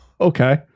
Okay